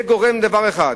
זה גורם לדבר אחד,